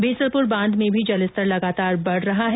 बीसलपुर बांध मे भी जल स्तर लगातार बढ रहा है